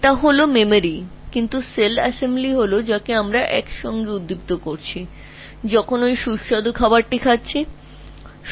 সুতরাং এটি সেই স্মৃতিটি যা চলে গেছে তা নয় কারণ সমস্ত সেল অ্যাসেম্বলি ফায়ারিং করছে যখন তুমি সেই দুর্দান্ত খাবারটা খাচ্ছ আবার তোমাকে জিনিসগুলি মনে করিয়ে দেওয়ার জন্য আবার ফায়ারিং করবে